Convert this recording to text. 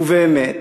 ובאמת,